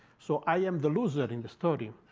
so i am the loser in the story.